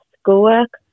schoolwork